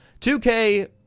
2k